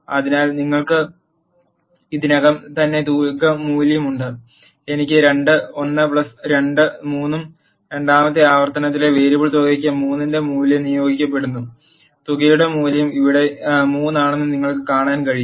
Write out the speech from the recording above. അതിനാൽ നിങ്ങൾക്ക് ഇതിനകം തന്നെ തുക മൂല്യമുണ്ട് എനിക്ക് 2 1 2 3 ഉം രണ്ടാമത്തെ ആവർത്തനത്തിലെ വേരിയബിൾ തുകയിലേക്ക് 3 ന്റെ മൂല്യം നിയോഗിക്കപ്പെടുന്നു തുകയുടെ മൂല്യം ഇവിടെ 3 ആണെന്ന് നിങ്ങൾക്ക് കാണാൻ കഴിയും